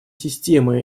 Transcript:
системы